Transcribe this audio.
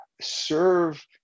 serve